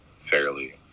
fairly